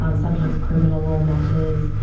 um sometimes criminal matters,